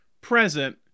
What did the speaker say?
present